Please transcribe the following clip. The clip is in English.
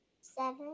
seven